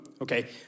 okay